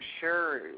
sure